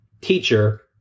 teacher